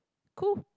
cool